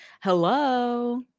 Hello